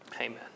Amen